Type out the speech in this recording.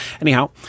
Anyhow